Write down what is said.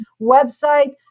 website